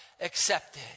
Accepted